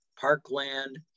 Parkland